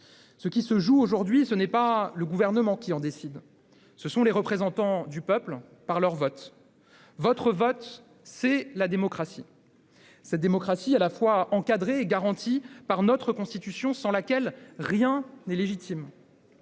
Ce qui se joue aujourd'hui, ce n'est pas le Gouvernement qui en décide, ce sont les représentants du peuple par leur vote. Votre vote, c'est la démocratie. Celle-ci est à la fois encadrée et garantie par notre Constitution, sans laquelle rien n'est légitime.